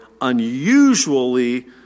unusually